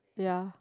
ya